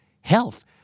Health